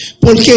porque